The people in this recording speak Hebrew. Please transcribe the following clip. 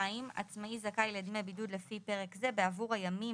(2)עצמאי זכאי לדמי בידוד לפי פרק זה בעבור הימים